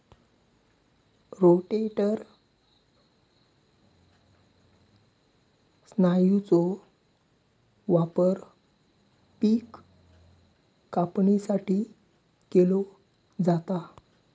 rotator स्नायूचो वापर पिक कापणीसाठी केलो जाता